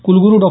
कुलगुरू डॉ